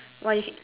why